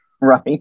right